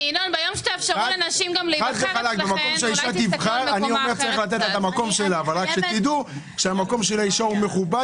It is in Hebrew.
אני רוצה לדבר על כמה פרויקטים של המשרד שהם פחות